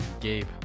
Gabe